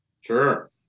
Sure